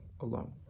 alone